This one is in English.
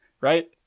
Right